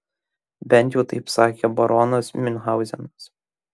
bent jau taip sakė baronas miunchauzenas